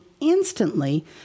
instantly